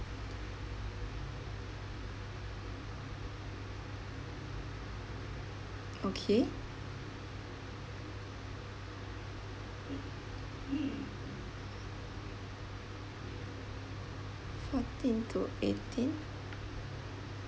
okay fourteen to eighteen